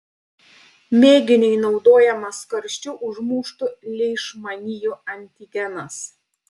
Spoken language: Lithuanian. mėginiui naudojamas karščiu užmuštų leišmanijų antigenas